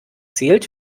zählt